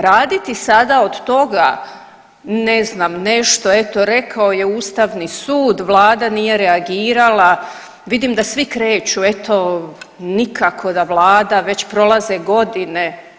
Raditi sada od toga, ne znam, nešto, eto, rekao je Ustavni sud, Vlada nije reagirala, vidim da svi kreću, eto, nikako da Vlada, već prolaze godine.